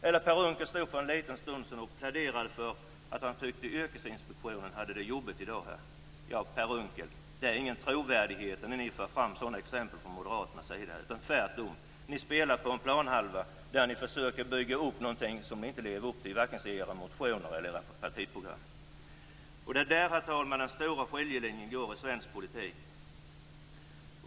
Per Unckel stod för en liten stund sedan och pläderade för att han tyckte att Yrkesinspektionen hade det jobbigt. Det finns ingen trovärdighet när Moderaterna för fram sådana exempel! Tvärtom spelar de på en planhalva där de försöker bygga upp någonting de inte lever upp till vare sig i sina motioner eller i sitt partiprogram. Herr talman! Det är där som den stora skiljelinjen går i svensk politik.